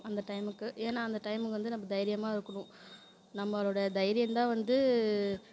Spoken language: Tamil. அந்த டைம்முக்கு ஏனால் அந்த டைமுக்கு வந்து நம்ப தைரியமாக இருக்கணும் நம்பளோடய தைரியம்தான் வந்து